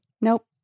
Nope